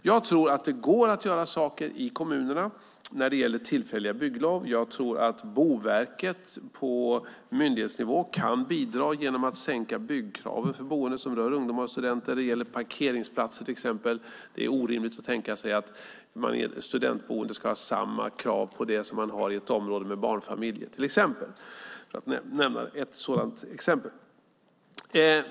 Jag tror att det går att göra saker i kommunerna när det gäller tillfälliga bygglov. Jag tror att Boverket på myndighetsnivå kan bidra genom att sänka byggkraven för boenden som rör ungdomar och studenter. Det gäller parkeringsplatser till exempel. Det är orimligt att tänka sig att man i ett studentboende ska ha samma krav på det som man har i ett område med barnfamiljer, för att nämna ett sådant exempel.